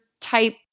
type